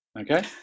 okay